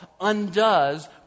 undoes